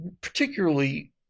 particularly